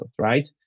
right